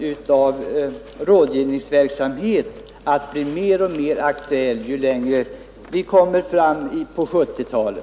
Utan tvivel kommer den formen av rådgivningsverksamhet att bli mer och mer aktuell ju längre vi kommer fram i 1970-talet.